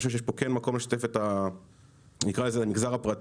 אני חושב שיש פה כן מקום לשתף את המגזר הפרטי.